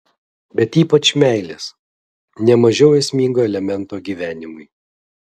bet ypač meilės ne mažiau esmingo elemento gyvenimui